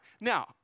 Now